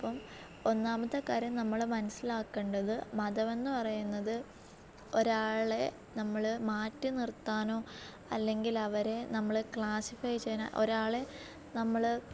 അപ്പം ഒന്നാമത്തെ കാര്യം നമ്മൾ മനസിലാക്കേണ്ടത് മതമെന്ന് പറയുന്നത് ഒരാളെ നമ്മൾ മാറ്റിനിറുത്താനോ അല്ലെങ്കിൽ അവരെ നമ്മൾ ക്ലാസ്സിഫൈ ചെയ്യുന്ന ഒരാളെ നമ്മൾ